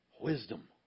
wisdom